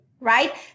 Right